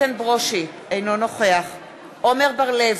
אינו נוכח עמר בר-לב,